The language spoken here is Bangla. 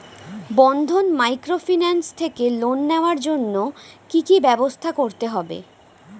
বন্ধন মাইক্রোফিন্যান্স থেকে লোন নেওয়ার জন্য কি কি ব্যবস্থা করতে হবে?